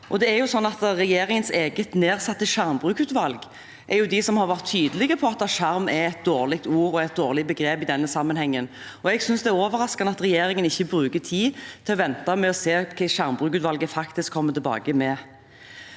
Regjeringens eget nedsatte skjermbrukutvalg er de som har vært tydelige på at «skjerm» er et dårlig ord og begrep i denne sammenhengen. Jeg synes det er overraskende at regjeringen ikke bruker tid til å vente med å se hva skjermbrukutvalget faktisk kommer tilbake med.